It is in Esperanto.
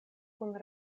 kun